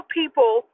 people